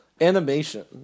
animation